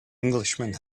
englishman